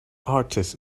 artist